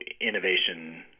innovation